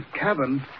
cabin